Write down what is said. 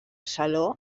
saló